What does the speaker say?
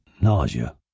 nausea